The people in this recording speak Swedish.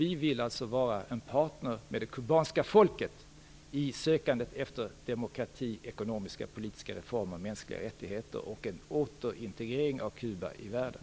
Vi vill vara en partner med det kubanska folket i sökandet efter demokrati, ekonomiska politiska reformer, mänskliga rättigheter och en återintegrering av Kuba i världen.